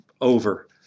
over